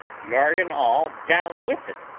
yard and all, down with it,